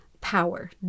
power